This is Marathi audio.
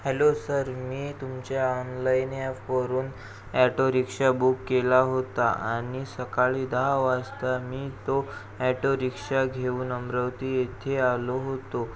हॅलो सर मी तुमच्या ऑनलाईन यॅफवरून अॅटो रिक्षा बुक केला होता आणि सकाळी दहा वाजता मी तो अॅटो रिक्षा घेऊन अमरावती येथे आलो होतो